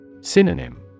Synonym